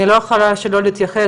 אני לא יכולה שלא להתייחס,